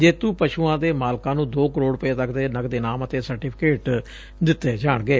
ਜੇਤੂ ਪਸੁਆਂ ਦੇ ਮਾਲਕਾ ਨੂੰ ਦੋ ਕਰੋੜ ਰੁਪੈ ਤੱਕ ਦੇ ਨਕਦ ਇਨਾਮ ਅਤੇ ਸਰਟੀਫੀਕੇਟ ਦਿੱਤੇ ਜਾਣਗੇ